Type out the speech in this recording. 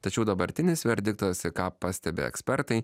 tačiau dabartinis verdiktas ką pastebi ekspertai